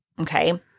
Okay